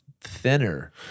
thinner